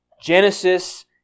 Genesis